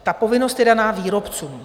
Ta povinnost je daná výrobcům.